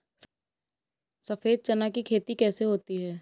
सफेद चना की खेती कैसे होती है?